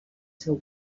seu